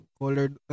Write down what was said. colored